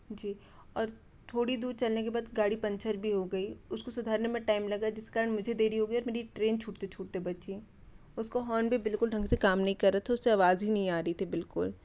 जी और थोड़ी दूर चलने के बाद गाड़ी पंचर भी हो गई उसको सुधारने में टाइम लगा जिस कारण मुझे देरी हो गई और मेरी ट्रेन छूटते छूटते बची उसका हॉर्न भी बिल्कुल ढंग से काम नहीं कर रहा था उस से आवाज़ ही नहीं आ रही थी बिल्कुल